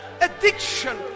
addiction